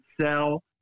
sell